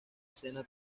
escena